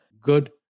good